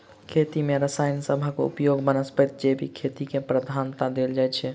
खेती मे रसायन सबहक उपयोगक बनस्पैत जैविक खेती केँ प्रधानता देल जाइ छै